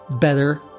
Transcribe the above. better